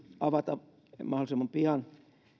avata mahdollisimman pian